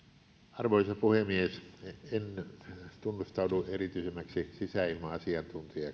arvoisa puhemies en tunnustaudu erityisemmäksi sisäilma asiantuntijaksi mutta